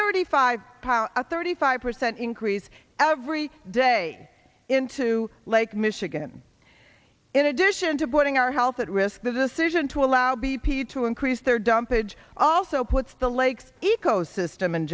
thirty five pound a thirty five percent increase every day into lake michigan in addition to putting our health at risk the decision to allow b p to increase their dump it also puts the lakes ecosystem in